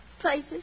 Places